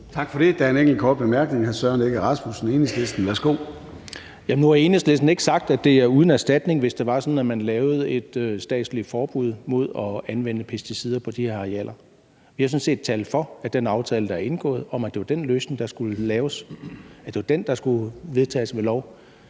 Tak for det. Der er en enkelt kort bemærkning. Hr. Søren Egge Rasmussen, Enhedslisten. Værsgo. Kl. 14:20 Søren Egge Rasmussen (EL): Nu har Enhedslisten ikke sagt, at det var uden erstatning, hvis det var sådan, at man lavede et statsligt forbud mod at anvende pesticider på de her arealer. Vi har sådan set talt for, at det var den aftale, der er indgået, om, at det var den løsning, der skulle laves, som skulle vedtages ved lov.